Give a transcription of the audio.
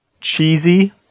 cheesy